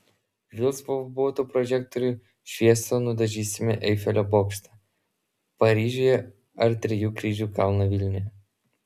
vėl spalvotų prožektorių šviesa nudažysime eifelio bokštą paryžiuje ar trijų kryžių kalną vilniuje